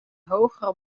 hogere